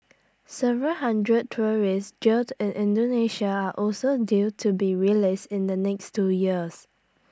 several hundred tourists jailed in Indonesia are also due to be released in the next two years